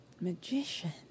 magician